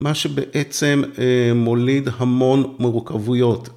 מה שבעצם מוליד המון מורכבויות.